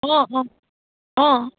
অঁ অঁ অঁ